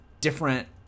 different